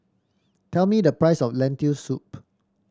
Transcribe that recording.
tell me the price of Lentil Soup